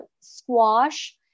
squash